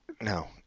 No